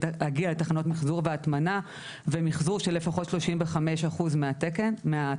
להגיע לתחנות מחזור והטמנה ומחזור של לפחות 35% מהפסולת.